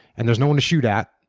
and there's no one to shoot at.